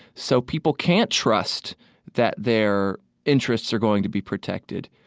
so people can't trust that their interests are going to be protected,